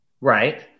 right